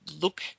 look